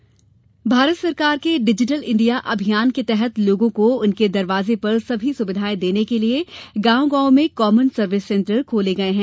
digital अभियान भारत सरकार के डिजटल इंडिया अभियान के तहत लोगों को उनके दरवाजें पर सभी सुविधायें देने के लिये गांव गांव में कॉमन सर्विस सेंटर खोले गये हैं